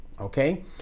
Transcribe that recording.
Okay